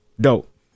dope